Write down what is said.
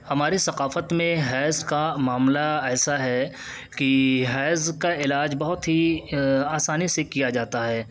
ہماری ثقافت میں حیض کا معاملہ ایسا ہے کہ حیض کا علاج بہت ہی آسانی سے کیا جاتا ہے